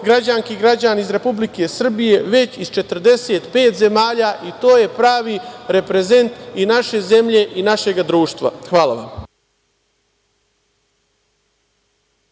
građani i građanke iz Republike Srbije, već iz 45 zemalja i to je pravi reprezent i naše zemlje i našega društva. Hvala vam.